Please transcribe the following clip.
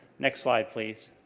next slide, please.